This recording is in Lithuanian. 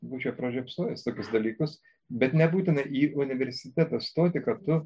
būčiau pražiopsojęs tokius dalykus bet nebūtina į universitetą stoti kad tu